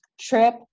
trip